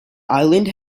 island